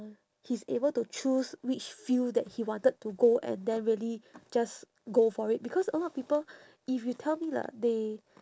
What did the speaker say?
he's able to choose which field that he wanted to go and then really just go for it because a lot of people if you tell me lah they